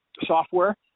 software